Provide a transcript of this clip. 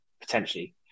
potentially